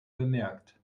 bemerkt